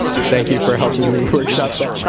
thank you for helping me workshop that joke,